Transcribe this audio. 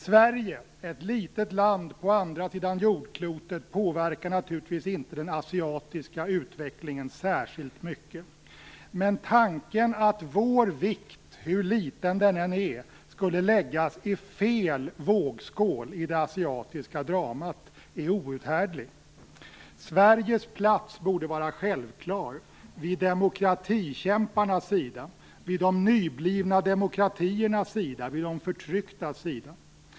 Sverige, ett litet land på andra sidan jordklotet, påverkar naturligtvis inte den asiatiska utvecklingen särskilt mycket. Men tanken att vår vikt, hur liten den än är, skulle läggas i fel vågskål i det asiatiska dramat är outhärdlig. Sveriges plats borde vara självklar - vid demokratikämparnas sida, vid de nyblivna demokratiernas sida och vid de förtrycktas sida.